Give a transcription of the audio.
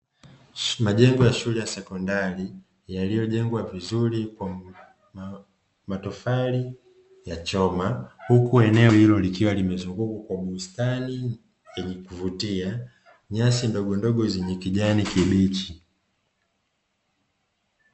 Majengo ya shule ya sekondari, yaliyojengwa vizuri kwa matofali ya kuchoma, huku eneo hilo likiwa limezungukwa kwa bustani yenye kuvutia, nyasi ndogondogo zenye kijani kibichi.